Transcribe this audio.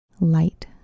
light